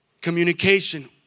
communication